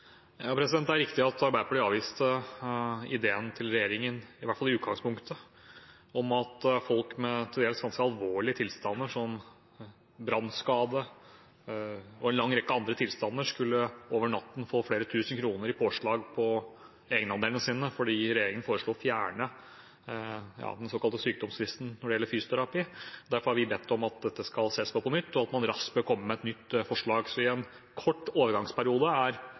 Det er riktig at Arbeiderpartiet avviste ideen til regjeringen, i hvert fall i utgangspunktet, om at folk med til dels ganske alvorlige tilstander, som brannskade og en lang rekke andre tilstander, over natten skulle få flere tusen kroner i påslag på egenandelene sine, fordi regjeringen foreslo å fjerne den såkalte sykdomslisten når det gjelder fysioterapi. Derfor har vi bedt om at dette skal ses på på nytt, og at man raskt bør komme med et nytt forslag. I en kort overgangsperiode